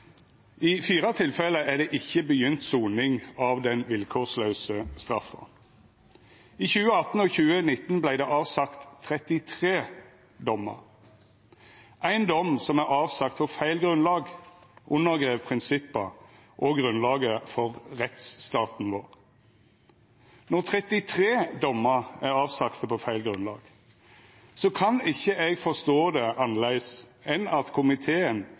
I 4 tilfelle er det ikkje begynt soning av den vilkårslause straffa. I 2018 og 2019 vart det avsagt 33 dommar. Ein dom som er avsagd på feil grunnlag, undergrev prinsippa og grunnlaget for rettsstaten vår. Når 33 dommar er avsagde på feil grunnlag, kan ikkje eg forstå det annleis enn at høyringa i komiteen